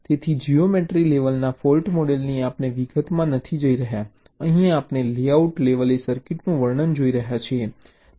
તેથી જીઓમેટ્રીક લેવલના ફોલ્ટ મોડલની આપણે વિગતમાં નથી જઈ રહ્યા અહીં આપણે લેઆઉટ લેવલે સર્કિટનું વર્ણન જોઈ રહ્યા છીએ